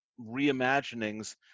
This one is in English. reimaginings